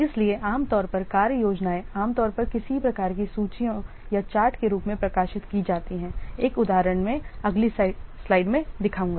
इसलिए आमतौर पर कार्य योजनाएं आमतौर पर किसी प्रकार की सूचियों या चार्ट के रूप में प्रकाशित की जाती हैं एक उदाहरण मैं अगली स्लाइड में दिखाऊंगा